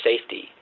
safety